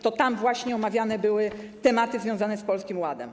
To tam właśnie omawiane były tematy związane z Polskim Ładem.